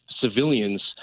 civilians